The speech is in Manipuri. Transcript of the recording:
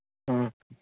ꯑ